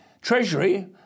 Treasury